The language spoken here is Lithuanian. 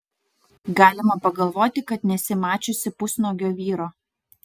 galima pagalvoti kad nesi mačiusi pusnuogio vyro